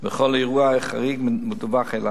וכל אירוע חריג מדווח אליו.